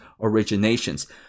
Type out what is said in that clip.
originations